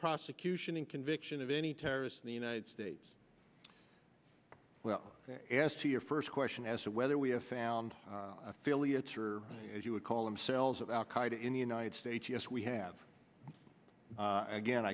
prosecution and conviction of any terrorists in the united states well as to your first question as to whether we have found affiliates or as you would call themselves of al qaeda in the united states yes we have again